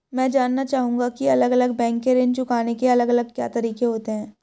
मैं जानना चाहूंगा की अलग अलग बैंक के ऋण चुकाने के अलग अलग क्या तरीके होते हैं?